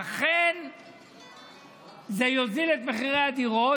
אכן זה יוריד את מחירי הדירות,